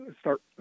start